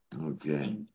Okay